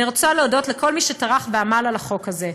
אני רוצה להודות לכל מי שטרח ועמל על החוק הזה,